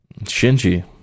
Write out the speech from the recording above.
Shinji